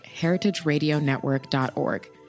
heritageradionetwork.org